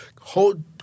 hold